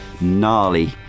gnarly